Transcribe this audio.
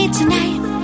tonight